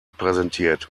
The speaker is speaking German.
präsentiert